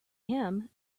him